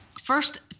first